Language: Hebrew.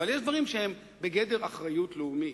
אבל יש דברים שהם בגדר אחריות לאומית.